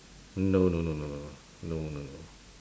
no no no no no no no